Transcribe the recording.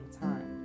time